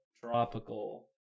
tropical